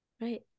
Right